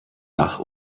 dach